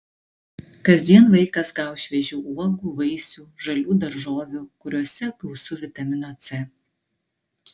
kasdien vaikas gaus šviežių uogų vaisių žalių daržovių kuriose gausu vitamino c